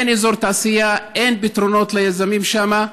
אין אזור תעשייה, אין פתרונות ליזמים שם.